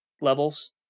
levels